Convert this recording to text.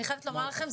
אני חייבת לומר לכם,